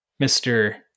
Mr